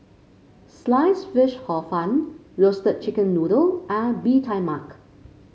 slice fish Hor Fun Roasted Chicken Noodle and Bee Tai Mak